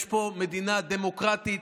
יש פה מדינה דמוקרטית.